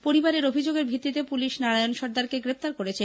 পরিবারের অভিযোগের ভিত্তিতে পুলিশ নারায়ণ সর্দারকে গ্রেফতার করেছে